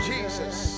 Jesus